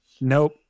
Nope